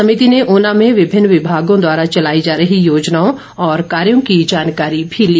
समिति ने ऊना में विभिन्न विभागों द्वारा चलाई जा रही योजनाओं और कार्यों की जानकारी भी ली